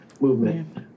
movement